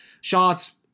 shots